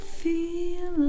feel